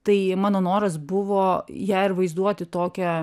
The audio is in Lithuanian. tai mano noras buvo ją ir vaizduoti tokią